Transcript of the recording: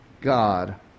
God